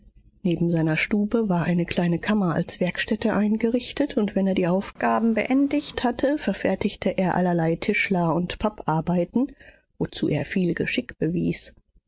neben seiner stube war eine kleine kammer als werkstätte eingerichtet und wenn er die aufgaben beendigt hatte verfertigte er allerlei tischler und papparbeiten wozu er viel geschick bewies